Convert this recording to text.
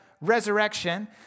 resurrection